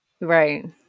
right